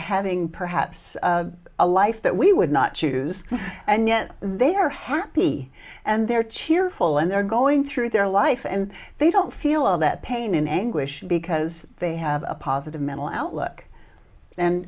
having perhaps a life that we would not choose and yet they are happy and they're cheerful and they're going through their life and they don't feel all that pain and anguish because they have a positive mental outlook and